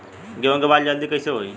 गेहूँ के बाल जल्दी कईसे होई?